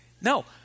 No